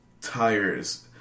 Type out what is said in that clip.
tires